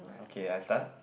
okay I start